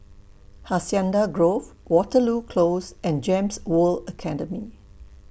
Hacienda Grove Waterloo Close and Gems World Academy